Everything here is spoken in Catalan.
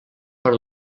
per